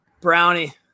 Brownie